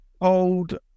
old